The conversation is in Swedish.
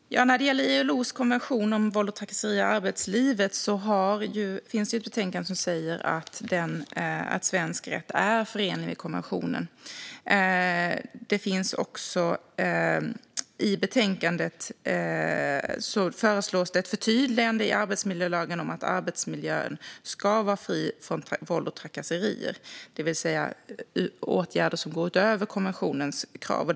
Fru talman! När det gäller ILO:s konvention om våld och trakasserier i arbetslivet finns det ett betänkande som säger att svensk rätt är förenlig med konventionen. I betänkandet föreslås också ett förtydligande i arbetsmiljölagen om att arbetsmiljön ska vara fri från våld och trakasserier, det vill säga åtgärder som går utöver konventionens krav.